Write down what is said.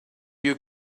you